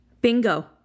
Bingo